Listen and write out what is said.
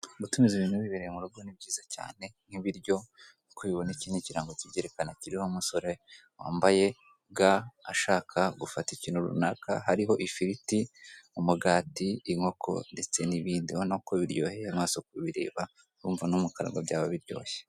Gutumiza ibintu wibereye mu rugo ni byiza cyane nk'ibiryo nk'uko ubibona iki ni ikrango kibyerekana kiriho umusore wambaye ga ashaka gufata ikintu runaka hariho ifirit,i umugati, inkoko ndetse n'ibindi ubona ko biryoheye amaso kubireba urumva no mu kanwa byaba biryoshye.